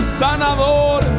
sanador